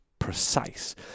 precise